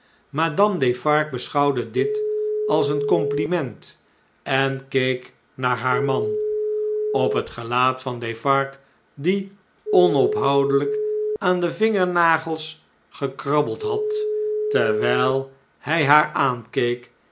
madame defarge beschouwde dit als een compliment en keek naar haar man op het gelaat van defarge die onophoudeljjk aan devmgernagels gekrabbeld had terwjjl hjj haar aankeek